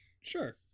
sure